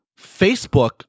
Facebook